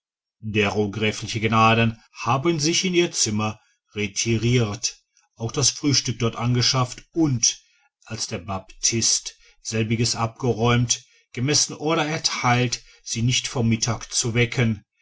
dero gräfliche gnaden haben sich in ihr zimmer retiriert auch das frühstück dort angeschafft und als der baptist selbiges abgeräumt gemessene order erteilt sie nicht vor mittag zu wecken